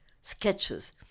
sketches